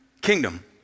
kingdom